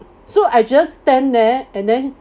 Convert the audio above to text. so I just stand there and then